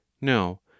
No